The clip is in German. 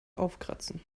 aufkratzen